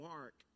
Mark